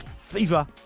fever